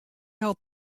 hat